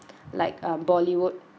like um bollywood